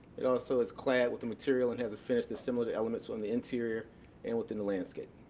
it also is clad with a material and has a finish that's similar to elements on the interior and within the landscape.